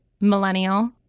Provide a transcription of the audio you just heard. millennial